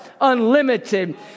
unlimited